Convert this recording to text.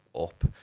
up